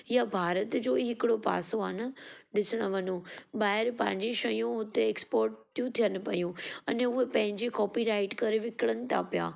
या भारत जो ई हिकिड़ो पासो आहे न ॾिसणु वञू ॿाहिरि पंहिंजी शयूं हुते एक्स्पोर्ट थी थियनि पयूं अने उहो पंहिंजी कॉपी राइट करे विकिणनि था पिया